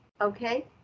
okay